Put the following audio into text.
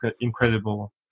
incredible